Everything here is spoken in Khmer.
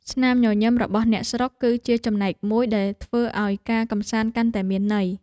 ស្នាមញញឹមរបស់អ្នកស្រុក គឺជាចំណែកមួយដែលធ្វើឱ្យការកម្សាន្តកាន់តែមានន័យ។